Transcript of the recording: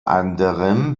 anderem